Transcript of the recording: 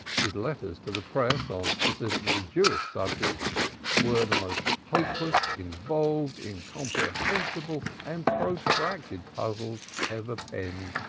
his letters to the press on specifically jewish subjects were the most hopeless, involved, incomprehensible and protracted puzzles ever penned,